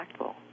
impactful